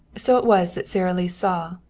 so it was that sara lee saw,